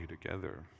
together